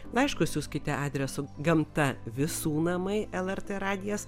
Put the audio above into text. laiškus siųskite adresu gamta visų namai lrt radijas